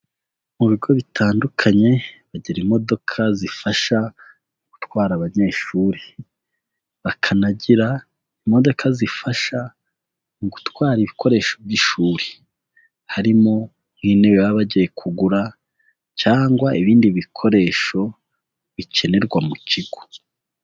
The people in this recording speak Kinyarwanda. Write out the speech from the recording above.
Mu bigo bitandukanye bagira imodoka zifasha gutwara abanyeshuri. Bakanagira imodoka zifasha mu gutwara ibikoresho by'ishuri harimo nk'intebe baba bagiye kugura cyangwa ibindi bikoresho bikenerwa mu kigo.